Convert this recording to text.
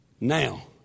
Now